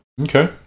Okay